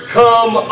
come